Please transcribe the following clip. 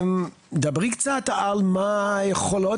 דברי קצת על מה היכולות,